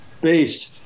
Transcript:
based